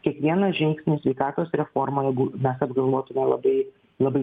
kiekvieną žingsnį sveikatos reformoje mes apgalvotume labai labai